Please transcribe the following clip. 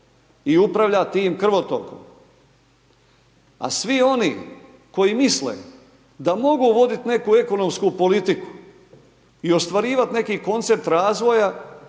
i upravlja tim krvotokom. A svi oni koji misle da mogu voditi neku ekonomsku politiku i ostvarivati neki koncept razvoja